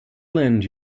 lend